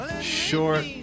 short